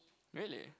really